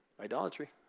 Idolatry